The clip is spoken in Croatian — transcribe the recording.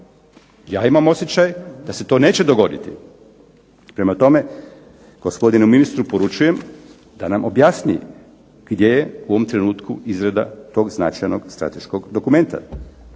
ja imam osjećaj da se to neće dogoditi. Prema tome, gospodinu ministru poručujem da nam objasni gdje je u ovom trenutku izrada tog značajnog strateškog dokumenta.